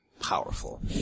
powerful